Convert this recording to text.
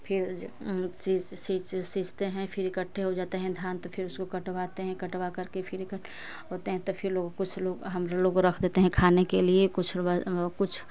fin सी सींचते हैं फिर इकट्ठे हो जाते हैं धान तो फिन उसको कटवाते हैं कटवा करके फिर होते हैं तो फिर लोग कुछ लोग हम लोग रख देते हैं खाने के लिए कुछ कुछ